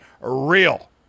real